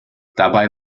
dabei